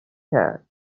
کرد